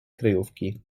kryjówki